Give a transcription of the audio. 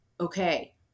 okay